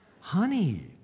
Honey